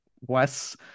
Wes